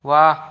वाह